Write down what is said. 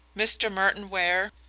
mr. merton ware,